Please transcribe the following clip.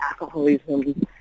alcoholism